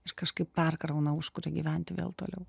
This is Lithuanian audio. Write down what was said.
ir kažkaip perkrauna užkuria gyventi vėl toliau